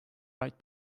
right